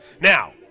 Now